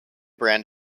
brand